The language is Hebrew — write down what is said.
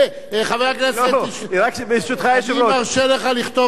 אני מרשה לך לכתוב בעיתון שהוא עושה את הכול מפני ששאלת אותו.